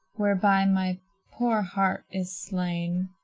whereby my poor heart is slain.